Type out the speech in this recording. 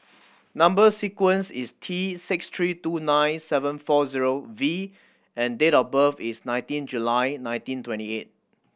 number sequence is T six three two nine seven four zero V and date of birth is nineteen July nineteen twenty eight